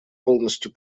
полностью